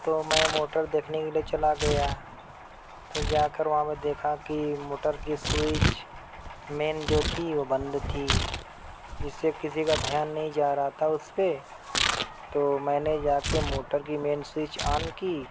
تو میں موٹر دیکھنے کے لیے چلا گیا تو جا کر وہاں میں دیکھا کہ موٹر کی سوئچ مین جو تھی وہ بند تھی جس سے کسی کا دھیان نہیں جا رہا تھا اُس پہ تو میں نے جا کے موٹر کی مین سوئچ آن کی